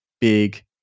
big